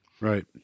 Right